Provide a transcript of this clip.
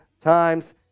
times